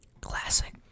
classic